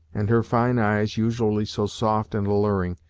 and her fine eyes, usually so soft and alluring,